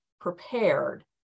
prepared